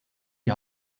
die